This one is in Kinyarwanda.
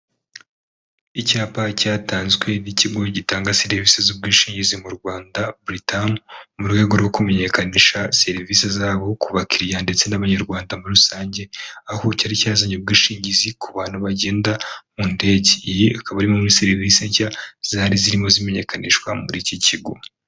Icyapa cyatanzwe n'icyigo gitanga serivisi z'ubwishingizi mu Rwanda "Britam" mu rwego rwo kumenyekanisha serivisi zabo ku bakiriya ndetse n'Abanyarwanda muri rusange, aho cyari cyazanye ubwishingizi ku bantu bagenda mu ndege, iyi ikaba ari imwe muri serivisi nshya zari zirimo zimenyekanishwa muri icyi cyigo.